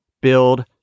build